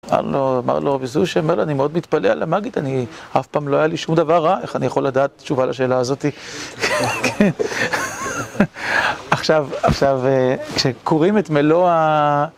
אמר לו, אמר לו רבי זושא, אמר לו: אני מאוד מתפלא על המגיד, אני, אף פעם לא היה לי שום דבר רע, איך אני יכול לדעת תשובה לשאלה הזאתי? כן, כן. עכשיו, עכשיו, כשקוראים את מלוא ה...